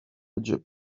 egypt